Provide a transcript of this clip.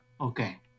Okay